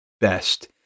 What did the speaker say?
best